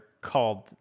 called